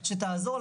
בגרעון?